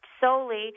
solely